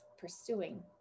pursuing